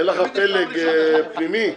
אין לך פלג פנימי?